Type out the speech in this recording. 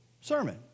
sermon